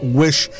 wish